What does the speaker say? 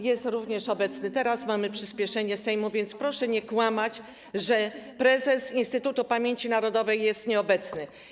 Jest również obecny teraz, mamy przyspieszenie obrad Sejmu, więc proszę nie kłamać, że prezes Instytutu Pamięci Narodowej jest nieobecny.